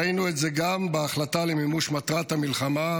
ראינו את זה גם בהחלטה למימוש מטרת המלחמה,